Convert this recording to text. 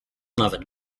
nawet